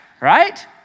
right